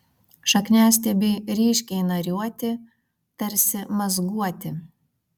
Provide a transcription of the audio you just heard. šakniastiebiai ryškiai nariuoti tarsi mazguoti